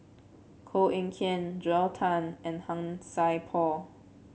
Koh Eng Kian Joel Tan and Han Sai Por